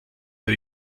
new